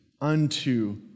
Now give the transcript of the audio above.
unto